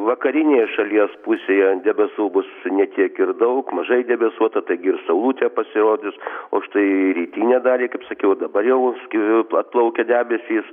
vakarinėje šalies pusėje debesų bus ne tiek ir daug mažai debesuota taigi ir saulutė pasirodys o štai rytinę dalį kaip sakiau dabar jau atplaukia debesys